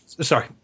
Sorry